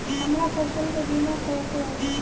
हमरा फसल के बीमा कैसे होई?